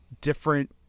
different